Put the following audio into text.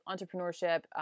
entrepreneurship